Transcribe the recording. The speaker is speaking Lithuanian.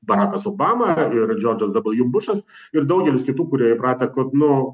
barakas obama ir džordžas dabalju bušas ir daugelis kitų kurie įpratękad nu